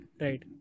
right